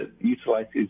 utilizes